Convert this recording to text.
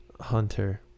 hunter